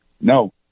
No